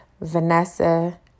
Vanessa